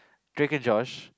drag-and-josh